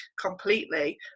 completely